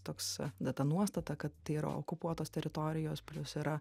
toks data nuostata kad tai yra okupuotos teritorijos plius yra